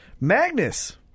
Magnus